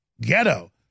ghetto